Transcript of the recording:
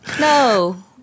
No